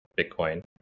Bitcoin